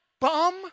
bum